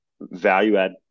value-add